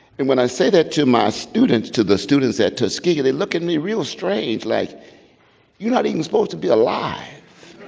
and when i say that to my students, to the students at tuskegee, they look at me real strange, like you're not even supposed to be alive